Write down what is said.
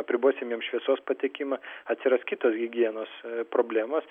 apribosim jiem šviesos patekimą atsiras kitos higienos problemos